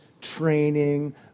training